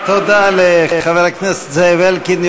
תודה לחבר הכנסת זאב אלקין,